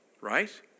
Right